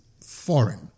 foreign